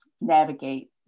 navigate